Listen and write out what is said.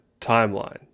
timeline